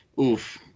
Oof